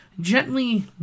gently